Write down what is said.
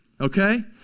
okay